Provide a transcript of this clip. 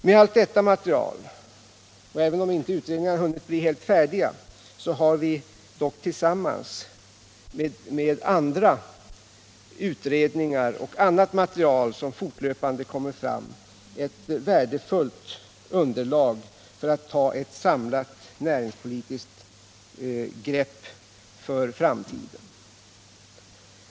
Med hela detta material — även om dessa utredningar inte hunnit bli helt färdiga — har vi, tillsammans med andra utredningar och annat material som fortlöpande kommer fram, ett värdefullt underlag för att ta ett samlat näringspolitiskt grepp för framtiden.